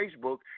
Facebook